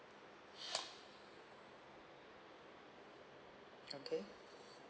okay